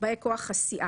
באי כוח הסיעה,